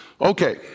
Okay